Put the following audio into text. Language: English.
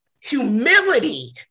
humility